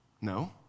No